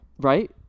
Right